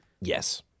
Yes